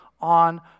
on